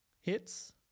hits